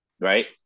right